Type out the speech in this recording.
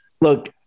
Look